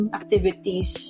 activities